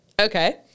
okay